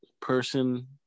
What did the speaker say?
person